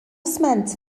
sment